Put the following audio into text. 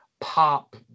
pop